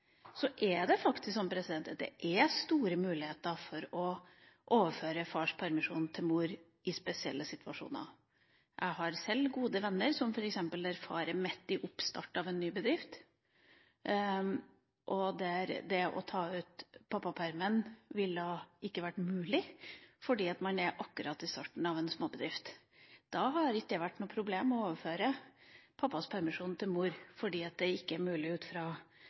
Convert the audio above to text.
Så er det faktisk sånn at det er store muligheter for å overføre fars permisjon til mor i spesielle situasjoner. Jeg har sjøl gode venner det gjelder. For eksempel hvis far er midt i oppstart av en ny bedrift, ville det å ta ut pappapermen ikke vært mulig – fordi man akkurat er i oppstarten av en småbedrift. Da har det ikke vært noe problem å overføre pappas permisjon til mor